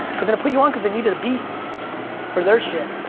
they're gonna put you on because they needed a beat for their shit,